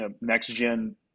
next-gen